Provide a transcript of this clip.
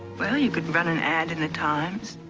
well, you could run an ad in the times.